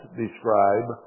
describe